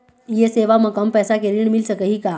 ये सेवा म कम पैसा के ऋण मिल सकही का?